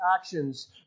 actions